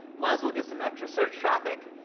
moz will get some extra search traffic,